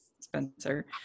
spencer